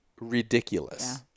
ridiculous